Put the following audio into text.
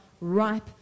ripe